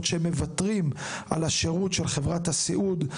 כשהם מוותרים על השירות של חברת הסיעוד.